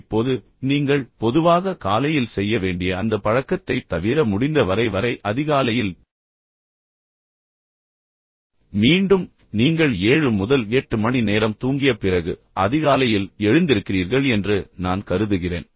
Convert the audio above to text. இப்போது நீங்கள் பொதுவாக காலையில் செய்ய வேண்டிய அந்த பழக்கத்தைத் தவிர முடிந்த வரை வரை அதிகாலையில் மீண்டும் நீங்கள் 7 முதல் 8 மணி நேரம் தூங்கிய பிறகு அதிகாலையில் எழுந்திருக்கிறீர்கள் என்று நான் கருதுகிறேன்